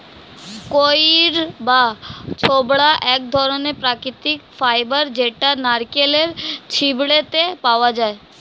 কইর বা ছোবড়া এক ধরণের প্রাকৃতিক ফাইবার যেটা নারকেলের ছিবড়েতে পাওয়া যায়